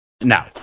No